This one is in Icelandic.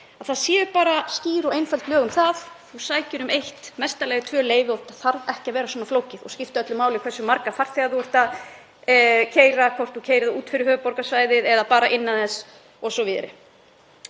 það séu bara skýr og einföld lög um það; þú sækir um eitt, í mesta lagi tvö leyfi og þetta þarf ekki að vera svona flókið eða skipta öllu máli hversu marga farþega þú ert að keyra, hvort þú keyrir þá út fyrir höfuðborgarsvæðið eða bara innan þess o.s.frv.